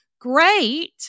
great